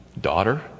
daughter